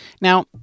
Now